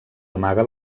amaga